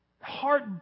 heart